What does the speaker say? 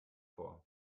vor